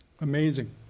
Amazing